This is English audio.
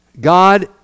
God